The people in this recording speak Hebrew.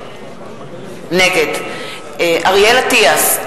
נגד אריאל אטיאס,